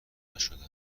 نشده